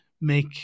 make